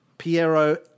Piero